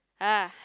ah